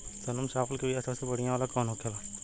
सोनम चावल के बीया सबसे बढ़िया वाला कौन होखेला?